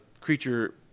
creature